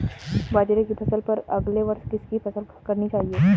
बाजरे की फसल पर अगले वर्ष किसकी फसल करनी चाहिए?